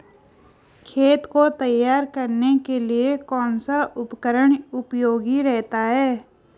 खेत को तैयार करने के लिए कौन सा उपकरण उपयोगी रहता है?